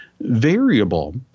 Variable